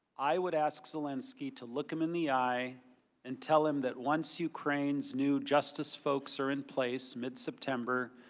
i would ask zelensky to look him in the eye and tell him that once ukraine's new justice folks are in place, mid september,